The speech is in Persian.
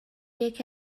یکی